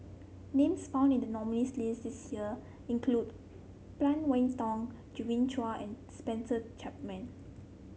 names found in the nominees' list this year include Phan Wait Hong Genevieve Chua and Spencer Chapman